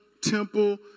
temple